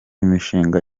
imishinga